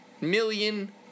million